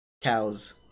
cows